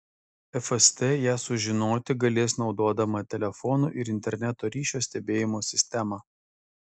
fst ją sužinoti galės naudodama telefonų ir interneto ryšio stebėjimo sistemą